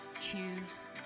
choose